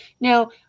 now